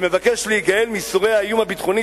שמבקש להיגאל מייסורי האיום הביטחוני